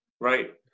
right